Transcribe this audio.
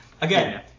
Again